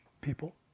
people